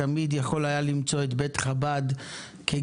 תמיד יכול היה למצוא את בית חב"ד כגשר,